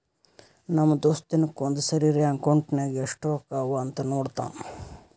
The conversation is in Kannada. ನಮ್ ದೋಸ್ತ ದಿನಕ್ಕ ಒಂದ್ ಸರಿರೇ ಅಕೌಂಟ್ನಾಗ್ ಎಸ್ಟ್ ರೊಕ್ಕಾ ಅವಾ ಅಂತ್ ನೋಡ್ತಾನ್